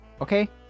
okay